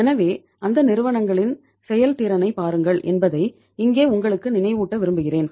எனவே அந்த நிறுவனங்களின் செயல்திறனைப் பாருங்கள் என்பதை இங்கே உங்களுக்கு நினைவூட்ட விரும்புகிறேன்